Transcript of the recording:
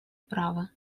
права